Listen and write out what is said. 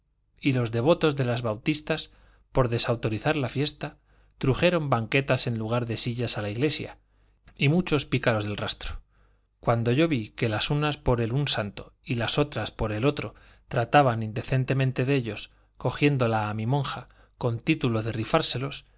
y los devotos de las bautistas por desautorizar la fiesta trujeron banquetas en lugar de sillas a la iglesia y muchos pícaros del rastro cuando yo vi que las unas por el un santo y las otras por el otro trataban indecentemente de ellos cogiéndola a mi monja con título de